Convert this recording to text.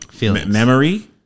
memory